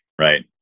right